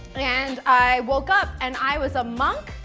and i woke up and i was a monk?